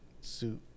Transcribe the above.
suit